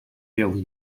daily